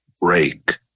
break